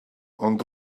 ond